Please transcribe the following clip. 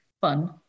fun